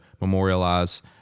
memorialize